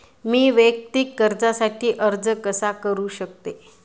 मी वैयक्तिक कर्जासाठी अर्ज कसा करु शकते?